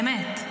באמת.